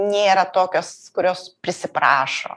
nėra tokios kurios prisiprašo